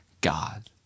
God